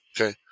Okay